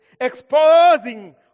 exposing